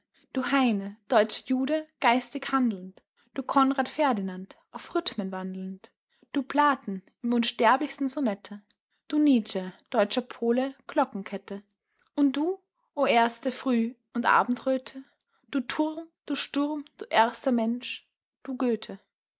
du heine deutscher jude geistig handelnd du conrad ferdinand auf rhythmen wandelnd du platen im unsterblichsten sonette du nietzsche deutscher pole glockenkette und du o ewige früh und abendröte du turm du sturm du erster mensch du goethe